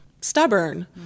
stubborn